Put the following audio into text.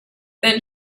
then